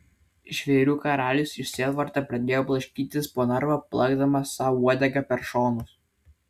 žvėrių karalius iš sielvarto pradėjo blaškytis po narvą plakdamas sau uodega per šonus